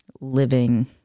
living